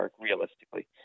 realistically